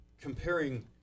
Comparing